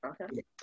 Okay